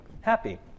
happy